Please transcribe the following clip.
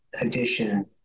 addition